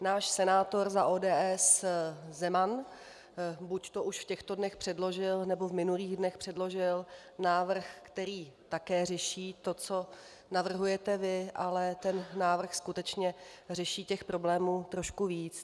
Náš senátor za ODS Zeman buďto už v těchto, nebo minulých dnech předložil návrh, který také řeší to, co navrhujete vy, ale ten návrh skutečně řeší problémů trošku víc.